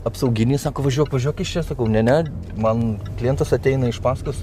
apsauginis sako važiuok važiuok iš čia sakau ne ne man klientas ateina iš pasakos